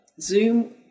Zoom